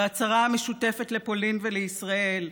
בהצהרה המשותפת לפולין ולישראל.